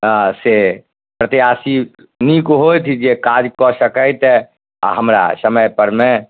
हँ से प्रत्यासी नीक होइत जे काज कऽ सकत आ हमरा समय परमे